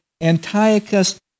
Antiochus